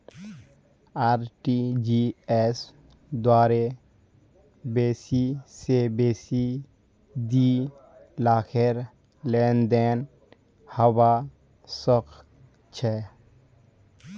RTGS द्वारे बेसी स बेसी दी लाखेर लेनदेन हबा सख छ